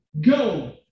Go